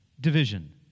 division